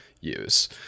use